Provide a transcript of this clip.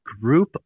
group